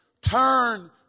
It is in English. Turn